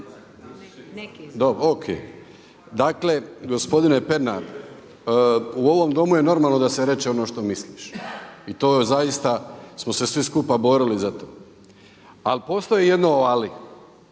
ne čuje./… dakle, gospodine Pernar u ovom domu je normalno da se kaže ono što misliš i to je zaista smo se svi skupa borili za to. Ali postoji jedno ali